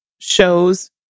shows